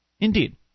Indeed